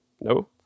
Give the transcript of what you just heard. no